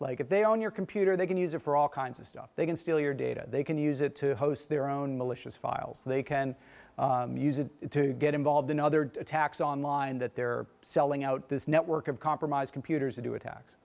like if they own your computer they can use it for all kinds of stuff they can steal your data they can use it to post their own militias files they can use it to get involved in other attacks online that they're selling out this network of compromised computers to do attacks